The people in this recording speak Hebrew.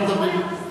אנחנו לא מדברים,